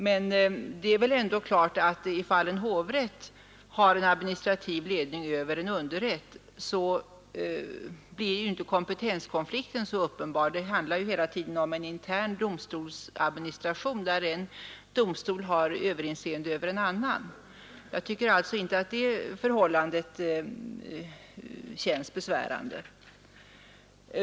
Men om en hovrätt har en administrativ ledning över en underrätt blir kompetenskonflikten inte så uppenbar; då är det ju hela tiden fråga om en intern domstolsadministration, där en domstol har överinseendet över en annan. Jag tycker alltså inte att det förhållandet känns besvärande.